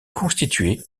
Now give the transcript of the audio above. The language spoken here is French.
constituée